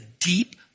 deep